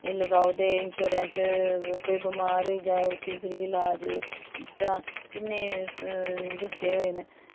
एह् लगाओ ते इंश्योरेंस कोई बमार होई जा ते उसी फ्री ईलाज इस तरहां किन्ने दस्से होये न